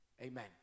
Amen